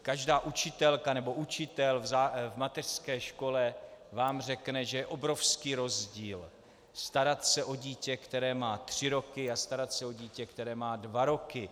Každá učitelka nebo učitel v mateřské škole vám řekne, že je obrovský rozdíl starat se o dítě, které má tři roky, a starat se o dítě, které má dva roky.